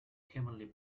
heavenly